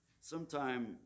sometime